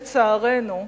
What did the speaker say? לצערנו,